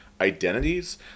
identities